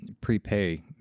prepay